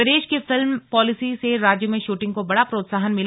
प्रदेश की film policy से राज्य में शूटिंग को बड़ा प्रोत्साहन मिला